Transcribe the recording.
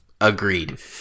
agreed